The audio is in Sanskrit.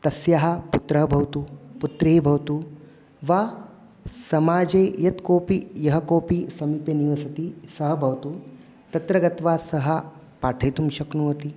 तस्याः पुत्रः भवतु पुत्री भवतु वा समाजे यत् कोपि यः कोऽपि समीपे निवसति सः भवतु तत्र गत्वा सा पाठयितुं शक्नुवति